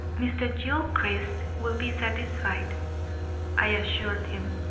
mr. gilchrist will be satisfied i assured him.